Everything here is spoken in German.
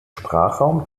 sprachraum